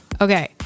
Okay